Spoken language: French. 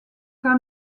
khan